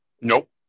Nope